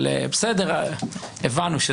אבל אני לא מכיר תוכנית טיפולית שיש לה